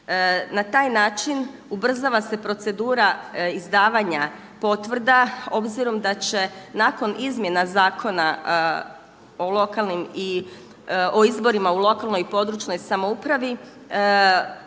Na taj način ubrzava se procedura izdavanja potvrda obzirom da će nakon izmjena Zakona o izborima u lokalnoj i područnoj samoupravi